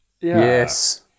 yes